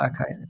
Okay